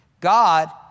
God